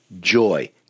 joy